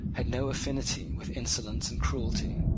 had no affinity with insolence and cruelty.